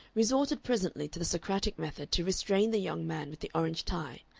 resorted presently to the socratic method to restrain the young man with the orange tie,